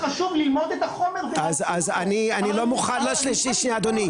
קודם חשוב ללמוד את החומר.